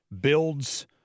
builds